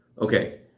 Okay